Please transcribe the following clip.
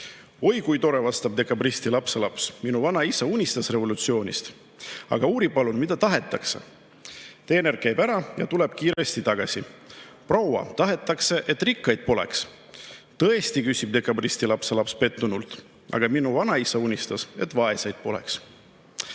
"Oi kui tore!" vastab dekabristi lapselaps. "Minu vanaisa unistas revolutsioonist. Aga uuri, palun, mida tahetakse!" Teener käib ära ja tuleb kiiresti tagasi. "Proua! Tahetakse, et rikkaid poleks." – "Tõesti?" küsib dekabristi lapselaps pettunult. "Aga minu vanaisa unistas, et vaeseid poleks."